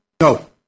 No